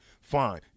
fine